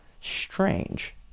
Strange